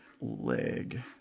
leg